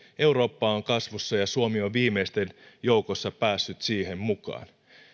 eurooppa on kasvussa ja suomi on viimeisten joukossa päässyt siihen mukaan